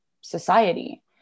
society